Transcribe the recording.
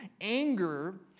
Anger